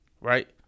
right